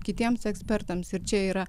kitiems ekspertams ir čia yra